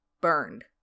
burned